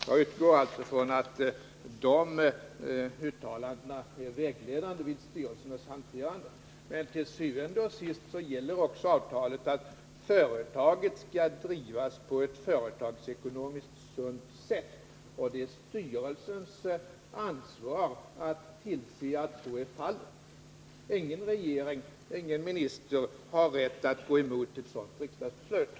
Jag utgår alltså från att dessa uttalanden är vägledande vid styrelsernas hanterande av de här frågorna. Men til syvende og sidst gäller det som står i avtalet, att företaget skall drivas på ett företagsekonomiskt sunt sätt. Det är styrelsernas ansvar att tillse att så blir fallet. Ingen regering och ingen minister har rätt att gå emot ett sådant riksdagsbeslut.